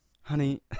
Honey